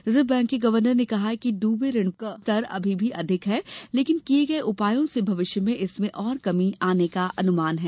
reserve bank के governor ने कहा कि ड्रबे ऋण का स्तर अभी भी अधिक है लेकिन किए गए उपायों से भविष्य में इसमें और कमी आने का अनुमान है